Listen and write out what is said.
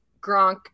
Gronk